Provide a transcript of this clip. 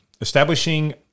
establishing